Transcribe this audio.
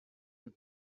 and